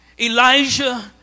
Elijah